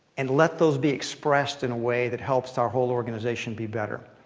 and let those be expressed in a way that helps our whole organization be better?